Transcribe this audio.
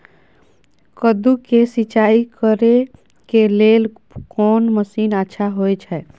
कद्दू के सिंचाई करे के लेल कोन मसीन अच्छा होय छै?